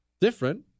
different